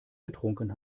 getrunken